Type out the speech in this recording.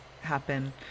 happen